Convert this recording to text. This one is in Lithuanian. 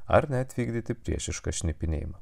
ar net vykdyti priešišką šnipinėjimą